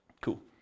Cool